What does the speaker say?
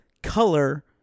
color